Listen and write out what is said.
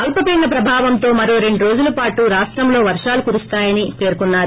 అల్పపీడన ప్రభావంతో మరో రెండు రోజుల పాటు రాష్టంలో వర్షాలు కురుస్తాయని పేర్కొన్సారు